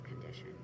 condition